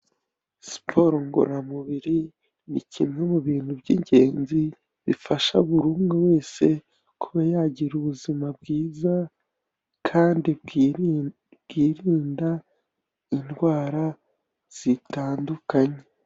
Siporo ngororamubiri ni kimwe mu bintu by'ingenzi bifasha buri umwe wese kuba yagira ubuzima bwiza kandi bwirinda indwara zitandukanye.